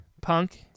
Punk